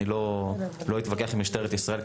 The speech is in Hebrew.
אני לא אתווכח עם משטרת ישראל,